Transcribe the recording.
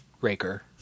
Raker